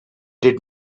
did